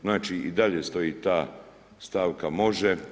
Znači i dalje stoji ta stavka može.